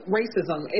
racism